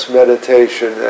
meditation